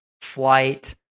flight